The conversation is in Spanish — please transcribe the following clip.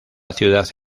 ciudad